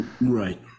Right